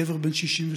גבר בן 62,